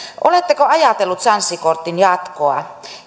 oletteko ajatellut sanssi kortin jatkoa